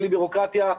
בלי בירוקרטיה,